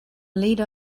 leader